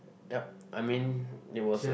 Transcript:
yup I mean it was a